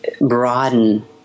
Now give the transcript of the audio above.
broaden